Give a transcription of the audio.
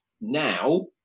Now